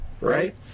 right